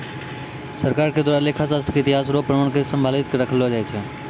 सरकार के द्वारा लेखा शास्त्र के इतिहास रो प्रमाण क सम्भाली क रखलो जाय छै